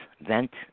vent